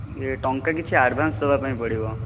ଇଏ ଟଙ୍କା କିଛି ଆଡ଼ଭାନ୍ସ ଦେବାପାଇଁ ପଡ଼ିବ